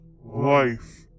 life